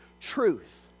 truth